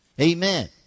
Amen